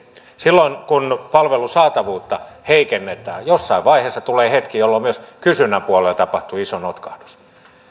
silloin kun palvelun saatavuutta heikennetään jossain vaiheessa tulee hetki jolloin myös kysynnän puolella tapahtuu iso notkahdus